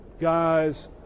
guys